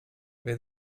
wer